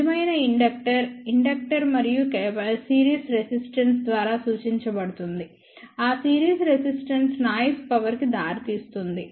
నిజమైన inductor inductor మరియు series resistance ద్వారా సూచించబడుతుంది ఆ సిరీస్ రెసిస్టెన్స్ నాయిస్ పవర్ కి దారితీస్తుంది